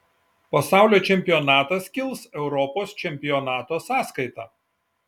pasaulio čempionatas kils europos čempionato sąskaita